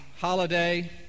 holiday